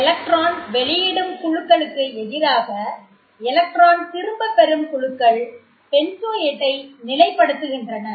electron வெளியிடும் குழுக்களுக்கு எதிராக எலக்ட்ரான் திரும்பப்பெறும் குழுக்கள் பென்சோயேட்டை நிலை படுத்துகின்றன